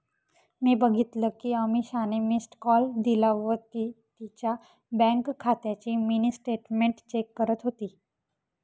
मी बघितल कि अमीषाने मिस्ड कॉल दिला व ती तिच्या बँक खात्याची मिनी स्टेटमेंट चेक करत होती